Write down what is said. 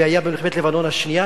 זה היה במלחמת לבנון השנייה,